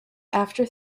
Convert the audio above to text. after